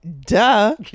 duh